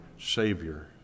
Savior